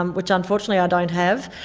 um which unfortunately i don't have,